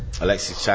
Alexis